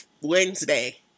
Wednesday